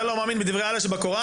אתה לא מאמין בדברי אללה שבקוראן?